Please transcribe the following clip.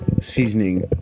seasoning